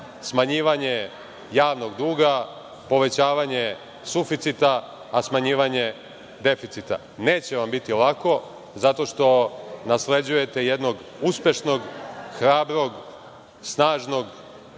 smanjivanje javnog duga, povećavanje suficita, a smanjivanje deficita. Neće vam biti lako, zato što nasleđujete jednog uspešnog, hrabrog, snažnog